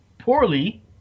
poorly